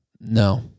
No